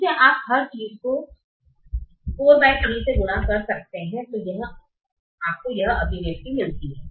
इससे आप हर चीज को 43 से गुणा करते हैं तो आपको यह अभिव्यक्ति मिलती है